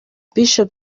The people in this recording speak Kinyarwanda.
bishop